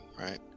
right